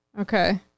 Okay